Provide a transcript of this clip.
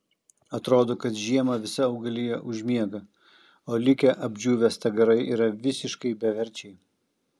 atrodo kad žiemą visa augalija užmiega o likę apdžiūvę stagarai yra visiškai beverčiai